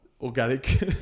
organic